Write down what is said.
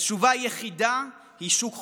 התשובה היחידה היא שוק חופשי.